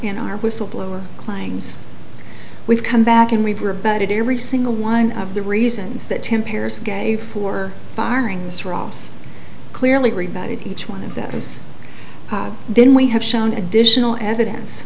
in our whistleblower claims we've come back and we were about it every single one of the reasons that tim pears gave for firings ross clearly rebounded each one of those then we have shown additional evidence